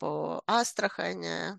po astrachanė